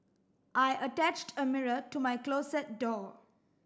I attached a mirror to my closet door